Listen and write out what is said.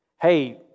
hey